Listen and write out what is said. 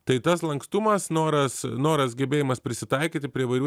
tai tas lankstumas noras noras gebėjimas prisitaikyti prie įvairių